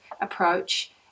approach